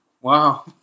Wow